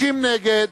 60 נגד,